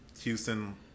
Houston